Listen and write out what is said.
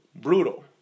brutal